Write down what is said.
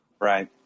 Right